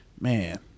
Man